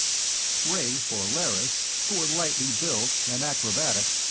rafe or lerrys, who were lightly built and acrobatic,